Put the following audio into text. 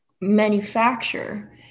manufacture